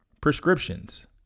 prescriptions